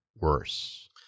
worse